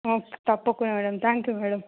okay తప్పకుండా madam thank you madam